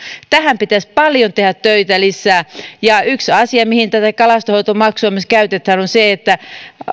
tähän pitäisi paljon tehdä töitä lisää ja yksi asia mihin tätä kalastonhoitomaksua myös käytetään on se että